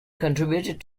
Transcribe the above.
contributed